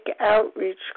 outreach